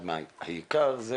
אחת מהחזיתות החשובות או העיקר זה